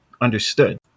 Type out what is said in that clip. understood